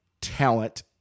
talent